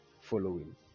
following